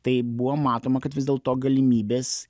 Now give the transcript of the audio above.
tai buvo matoma kad vis dėlto galimybės